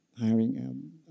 hiring